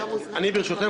ברשותכם,